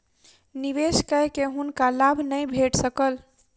निवेश कय के हुनका लाभ नै भेट सकल